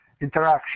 interaction